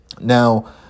Now